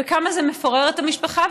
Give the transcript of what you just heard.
וכמה זה מפורר את המשפחה,